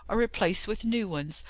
or replaced with new ones.